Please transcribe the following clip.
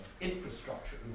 infrastructure